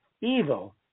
evil